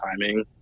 timing